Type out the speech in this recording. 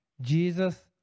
Jesus